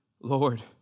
Lord